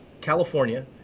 California